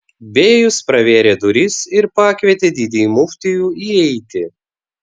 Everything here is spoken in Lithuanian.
bėjus pravėrė duris ir pakvietė didįjį muftijų įeiti